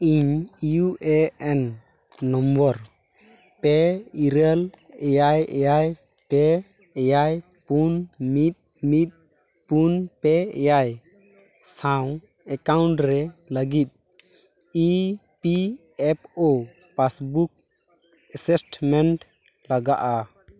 ᱤᱧ U A N number ᱯᱮ ᱤᱨᱟᱹᱞ ᱮᱭᱟᱭ ᱮᱭᱟᱭ ᱯᱮ ᱮᱭᱟᱭ ᱯᱩᱱ ᱢᱤᱫ ᱢᱤᱫ ᱯᱩᱱ ᱯᱮ ᱮᱭᱟᱭ ᱥᱟᱶ ᱮᱠᱟᱣᱩᱱᱴ ᱨᱮ ᱞᱟᱹᱜᱤᱫ E P F O passbook assessment ᱞᱟᱜᱟᱜᱼᱟ